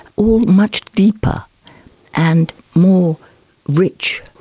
all much deeper and more rich.